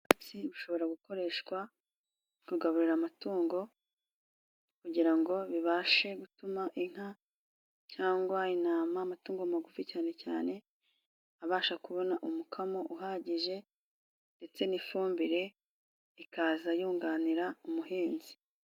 Ubwatsi bushobora gukoreshwa kugaburira amatungo kugira ngo bibashe gutuma inka cyangwa intama, amatungo magufi cyane cyane abasha kubona umukamo uhagije ndetse n'ifumbire ikaza yunganira umuhinzi.